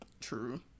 True